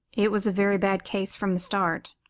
it was a very bad case from the start.